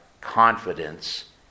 confidence